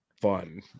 fun